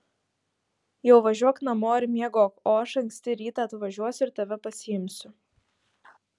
jau važiuok namo ir miegok o aš anksti rytą atvažiuosiu ir tave pasiimsiu